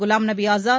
Ghulam Nabi Azad